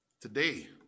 Today